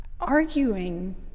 arguing